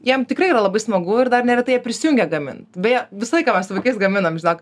jiem tikrai yra labai smagu ir dar neretai jie prisijungia gamint beje visą laiką mes su vaikais gaminam žinok